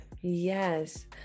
yes